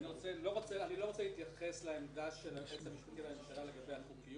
אני לא רוצה להתייחס לעמדת היועץ המשפטי לממשלה לגבי החוקיות.